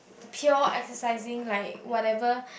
pure exercising like whatever